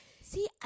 see